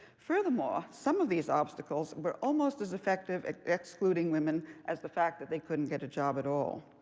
furthermore, some of these obstacles were almost as effective at excluding women as the fact that they couldn't get a job at all.